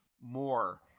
more